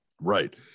Right